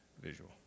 visual